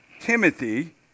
Timothy